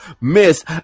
Miss